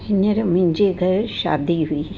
हींअर मुंहिंजे घरु शादी हुई